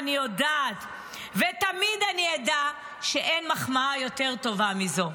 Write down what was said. אני יודעת ותמיד אני אדע שאין מחמאה יותר טובה מזו.